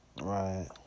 right